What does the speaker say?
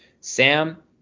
Sam